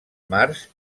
març